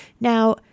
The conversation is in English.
Now